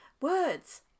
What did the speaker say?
words